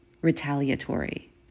retaliatory